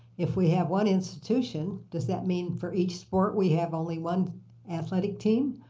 if we have one institution, does that mean for each sport we have only one athletic team?